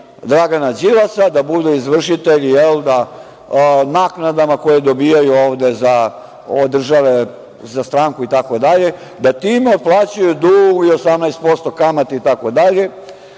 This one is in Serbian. Dragana Đilasa, da budu izvršitelji naknadama koje dobijaju ovde od države za stranku itd, da tim otplaćuju dug i 18% kamate itd. a deo